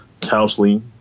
counseling